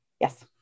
Yes